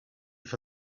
for